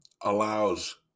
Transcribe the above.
allows